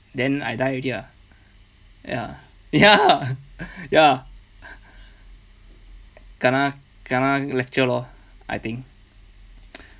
then I die already ah ya ya ya kena kena lecture lor I think